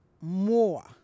more